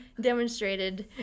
demonstrated